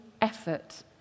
effort